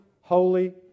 holy